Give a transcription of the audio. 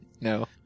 No